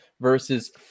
versus